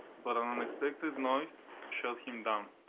but an unexpected noise shut him down.